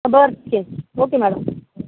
बरं ठीक आहे ओके मॅडम